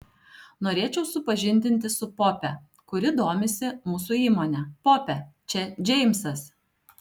norėčiau supažindinti su pope kuri domisi mūsų įmone pope čia džeimsas